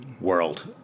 world